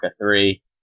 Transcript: three